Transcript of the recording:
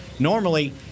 Normally